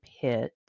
pit